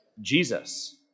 Jesus